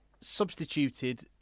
substituted